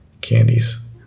candies